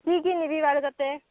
কি কি নিবি বাৰু তাতে